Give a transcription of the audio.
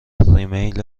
ریمیل